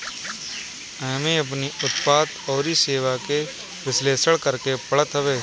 एमे अपनी उत्पाद अउरी सेवा के विश्लेषण करेके पड़त हवे